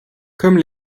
comme